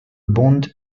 bond